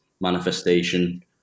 manifestation